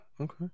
okay